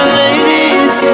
ladies